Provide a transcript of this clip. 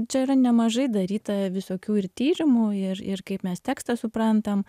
čia yra nemažai daryta visokių ir tyrimų ir ir kaip mes tekstą suprantam